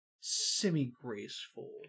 semi-graceful